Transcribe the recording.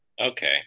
Okay